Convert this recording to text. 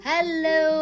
Hello